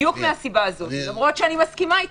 בדיוק מהסיבה הזו, למרות שאני מסכימה אתכם,